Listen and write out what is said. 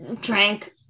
drank